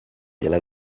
della